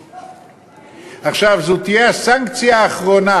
עכשיו, זו תהיה הסנקציה האחרונה